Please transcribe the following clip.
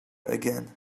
again